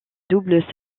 double